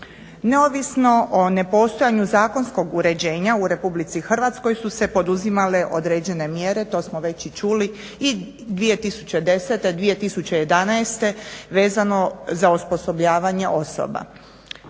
neovisno o ne postojanju zakonskog uređenja u RH su se poduzimale određene mjere, to smo već i čuli i 2010. i 2011. vezano za osposobljavanje osoba.